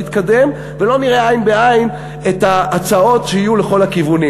יתקדם ולא נראה עין בעין את ההצעות שיהיו לכל הכיוונים,